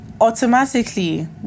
automatically